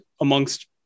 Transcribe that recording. amongst